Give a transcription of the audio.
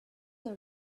are